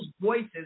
voices